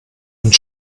und